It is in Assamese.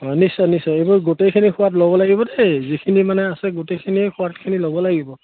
অঁ নিশ্চয় নিশ্চয় এইবোৰ গোটেইখিনি সোৱাদ ল'ব লাগিব দেই যিখিনি মানে আছে গোটেইখিনিয়ে সোৱাদখিনি ল'ব লাগিব